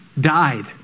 died